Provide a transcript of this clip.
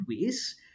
ways